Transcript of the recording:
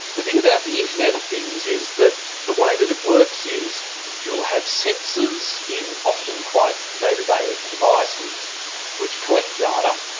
the thing about the internet of things is that the way that it works is you will have sensors in often quite day-to-day ah advices which collect data,